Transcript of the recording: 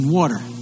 water